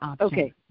Okay